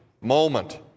moment